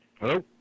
Hello